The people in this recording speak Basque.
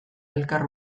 elkar